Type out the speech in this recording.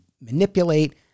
manipulate